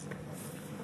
סעיף 1